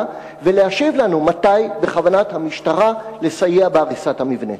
ולהשיב לנו מתי בכוונת המשטרה לסייע בהריסת המבנה.